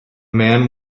man